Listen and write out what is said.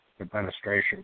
administration